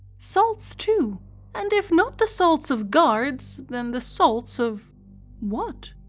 salts too and if not the salts of guards, then the salts of what?